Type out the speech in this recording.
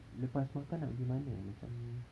lepas makan nak pergi mana amacam